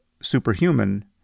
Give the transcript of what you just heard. superhuman